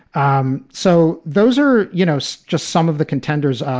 um so those are, you know, so just some of the contenders, um